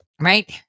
right